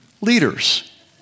leaders